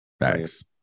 Thanks